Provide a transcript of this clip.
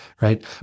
right